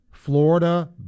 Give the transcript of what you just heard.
Florida